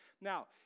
Now